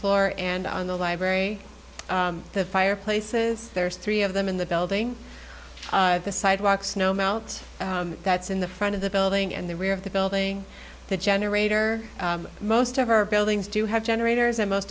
floor and on the library the fireplaces there's three of them in the building the sidewalk snow melt that's in the front of the building and the rear of the building the generator most of our buildings do have generators and most